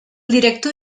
director